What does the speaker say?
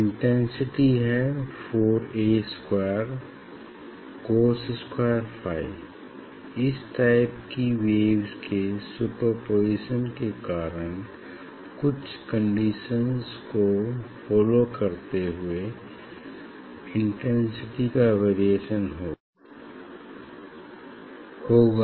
intensity है 4A square cos square phi इस type की वेव्स के सुपरपोज़िशन के कारण कुछ कंडीशंस को फॉलो करते हुवे इंटेंसिटी का वेरिएशन होगा